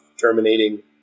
terminating